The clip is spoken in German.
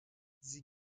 sie